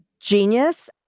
genius